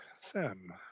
Sam